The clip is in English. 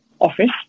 office